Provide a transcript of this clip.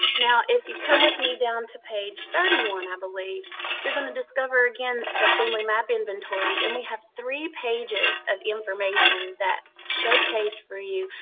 now, if you come with me down to page thirty one, i believe you're going to discover again the family map inventories and we have three pages of information that showcase for you,